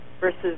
versus